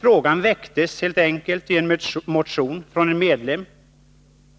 Frågan väcktes helt enkelt genom en motion från en medlem.